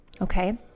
Okay